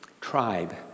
tribe